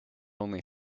only